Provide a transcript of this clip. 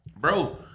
Bro